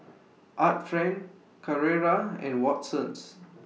Art Friend Carrera and Watsons